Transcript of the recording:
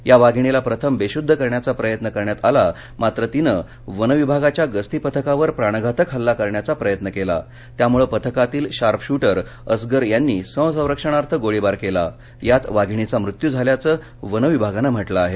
या वाधिणीला प्रथम बेशुध्द करण्याचा प्रयत्न करण्यात आला मात्र तिनं वन विभागाच्या गस्ती पथकावर प्राणघातक हल्ला करण्याचा प्रयत्न केला त्यामुळे पथकातील शार्प शुटर असगर यांनी स्वसंरक्षणार्थ गोळीबार केला यात वाघिणीचा मृत्यू झाल्याचं वन विभागानं म्हटलं आहे